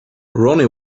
ronnie